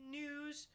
news